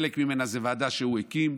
חלק מזה זו ועדה שהוא הקים,